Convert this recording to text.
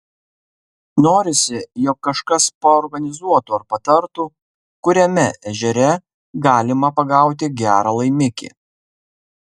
norisi jog kažkas paorganizuotų ar patartų kuriame ežere galima pagauti gerą laimikį